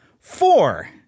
Four